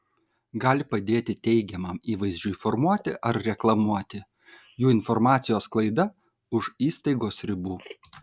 gali padėti teigiamam įvaizdžiui formuoti ar reklamuoti jų informacijos sklaida už įstaigos ribų